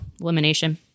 elimination